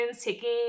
taking